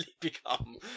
become